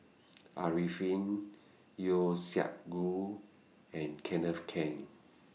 Arifin Yeo Siak Goon and Kenneth Keng